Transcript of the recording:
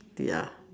ya